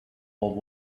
old